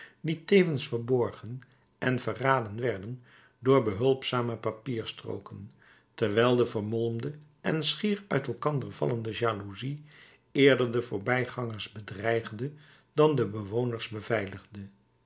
die tevens verborgen en verraden werden door behulpzame papierstrooken terwijl de vermolmde en schier uit elkander vallende jaloezie eerder de voorbijgangers bedreigde dan de bewoners beveiligde